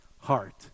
heart